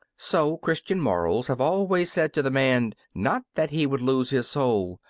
so christian morals have always said to the man, not that he would lose his soul,